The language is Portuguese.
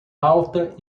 alta